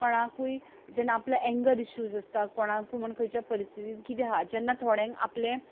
कोणाकूय जेन्ना आपल्याक एन्गर इश्यूज आसता कोणाकूय म्हूण खंयच्याय परिस्थितींत कितें हा जेन्ना थोड्यांक आपलें